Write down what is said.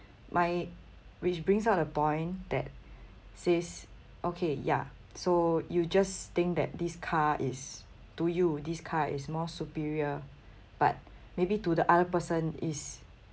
my which brings up a point that says okay yeah so you just think that this car is to you this car is more superior but maybe to the other person it's